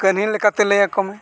ᱠᱟᱹᱦᱱᱤ ᱞᱮᱠᱟᱛᱮ ᱞᱟᱹᱭ ᱟᱠᱚ ᱢᱮ